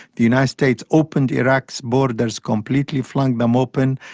the united states opened iraq's borders completely, flung them open,